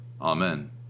Amen